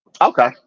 Okay